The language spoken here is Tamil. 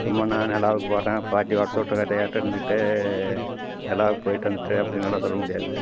சும்மா நான் நிலாவுக்கு போகிறேன் பாட்டி வடை சுட்ட கதையாட்டம் இருந்துகிட்டு நிலாவுக்கு போய்ட்டு வந்துவிட்டு அப்படினெல்லாம் சொல்ல முடியாது